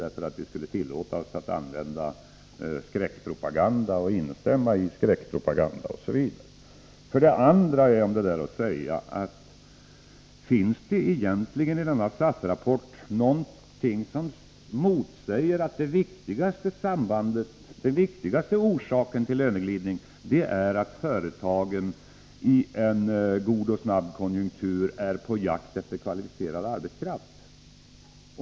Man säger att vi tillåter oss att använda skräckpropaganda, instämmer i skräckpropaganda, osv. För det andra: Finns det egentligen någonting i denna SAF-rapport som motsäger att den viktigaste orsaken till löneglidning är att företagen i en god och snabb konjunktur är på jakt efter kvalificerad arbetskraft.